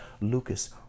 Lucas